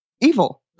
evil